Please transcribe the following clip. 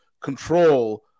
control